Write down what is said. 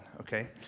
okay